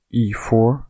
e4